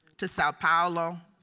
to sao paolo,